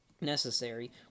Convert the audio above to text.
necessary